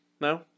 No